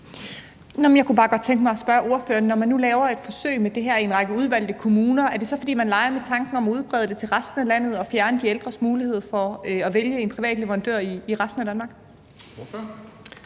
Når man nu laver et forsøg med det her i en række udvalgte kommuner, er det så, fordi man leger med tanken om at udbrede det til resten af landet og fjerne de ældres mulighed for at vælge en privat leverandør i resten af Danmark?